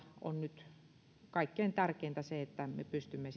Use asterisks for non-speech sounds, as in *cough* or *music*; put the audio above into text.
on nyt kaikkein tärkeintä se että me pystymme *unintelligible*